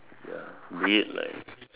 ya be it like